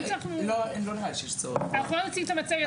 האמת שאנחנו לא מוצאים את המצגת.